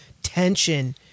tension